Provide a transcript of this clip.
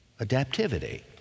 Adaptivity